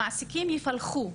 המעסיקים יפלחו,